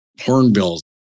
hornbills